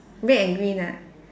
red and green ah